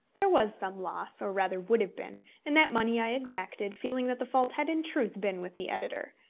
there was some loss or rather would have been and that money i exacted, feeling that the fault had in truth been with the editor.